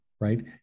right